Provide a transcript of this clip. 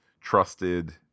trusted